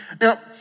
Now